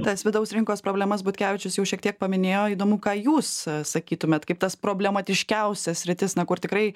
tas vidaus rinkos problemas butkevičius jau šiek tiek paminėjo įdomu ką jūs sakytumėt kaip tas problematiškiausias sritis na kur tikrai